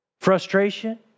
Frustration